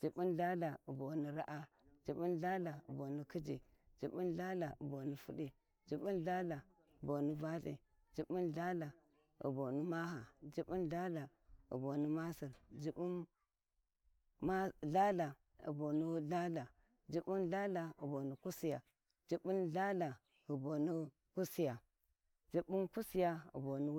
jibbun lthaltha boni raa jibbun lthaltha boni khiji jibbun lthaltha boni fudi jibbun lthaltha boni valthi jibbun lthaltha bon lthaltha, jibbun lthaltha boni kusiya, jibbun lthaltha boni kusiya jibbun kusiya boni